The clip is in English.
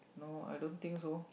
no I don't think so